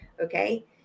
Okay